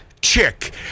chick